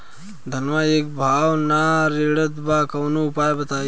धनवा एक भाव ना रेड़त बा कवनो उपाय बतावा?